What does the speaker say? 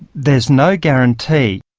there is no guarantee.